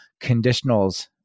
conditionals